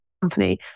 company